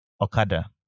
okada